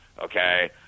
Okay